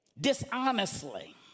dishonestly